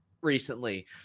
recently